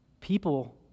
People